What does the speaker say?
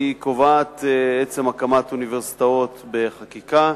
היא קובעת עצם הקמת אוניברסיטאות בחקיקה,